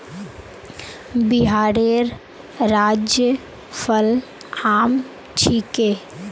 बिहारेर राज्य फल आम छिके